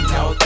no